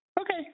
Okay